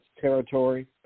territory